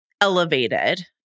elevated